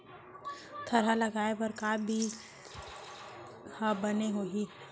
थरहा लगाए बर का बीज हा बने होही?